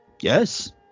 Yes